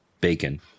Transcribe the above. bacon